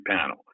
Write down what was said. panel